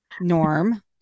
norm